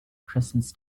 christmas